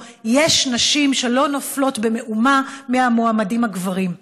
יש נשים שלא נופלות במאומה מהמועמדים הגברים,